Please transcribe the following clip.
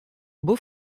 beau